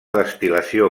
destil·lació